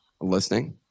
listening